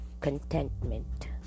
contentment